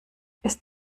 ist